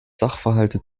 sachverhalte